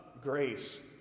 grace